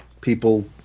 people